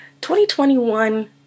2021